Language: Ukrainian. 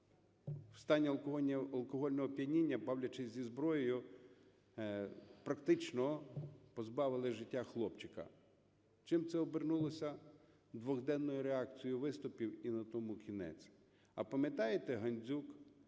в стані алкогольного сп'яніння, бавлячись зі зброєю, практично позбавили життя хлопчика. Чим це обернулося? Дводенною реакцією виступів – і на тому кінець! А пам'ятаєте Гандзюк?